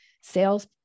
sales